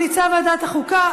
היא ממליצה ועדת החוקה,